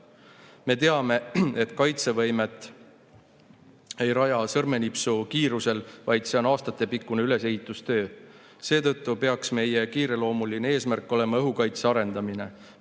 Me teame, et kaitsevõimet ei raja sõrmenipsu kiirusel, vaid see on aastatepikkune ülesehitustöö. Seetõttu peaks meie kiireloomuline eesmärk olema õhukaitse arendamine,